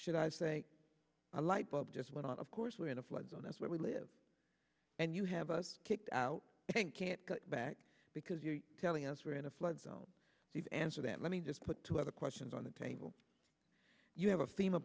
should i say a light bulb just went on of course we're in a flood zone that's where we live and you have us kicked out i think can't go back because you're telling us we're in a flood zone you've answered that let me just put two other questions on the table you have a